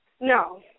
No